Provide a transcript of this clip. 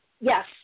Yes